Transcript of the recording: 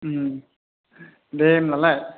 दे होमब्लालाय